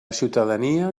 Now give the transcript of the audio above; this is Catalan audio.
ciutadania